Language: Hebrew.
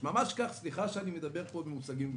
סליחה שאני מדבר פה במושגים גבוהים,